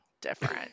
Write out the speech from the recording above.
different